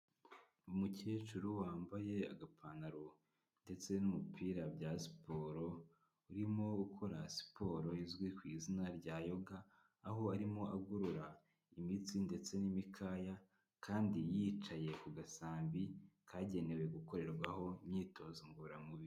Umukecuru wambaye agapantaro ndetse n'umupira bya siporo, urimo ukora siporo izwi ku izina rya yoga, aho arimo agorora imitsi ndetse n'imikaya, kandi yicaye ku gasambi, kagenewe gukorerwaho imyitozo ngororamubiri.